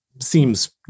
seems